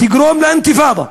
יגרום אינתיפאדה,